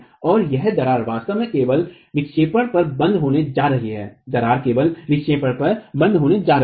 और यह दरार वास्तव में केवल विक्षेपण पर बंद होने जा रही है दरार केवल विक्षेपण पर बंद होने जा रही है